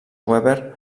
weber